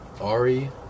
Ari